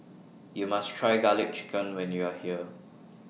YOU must Try Garlic Chicken when YOU Are here